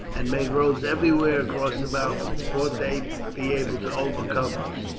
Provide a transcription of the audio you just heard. and made roads everywhere across the mountains, ought they be able to overcome us.